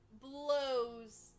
blows